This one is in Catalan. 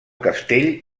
castell